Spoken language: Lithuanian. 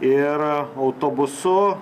ir autobusu